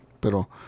Pero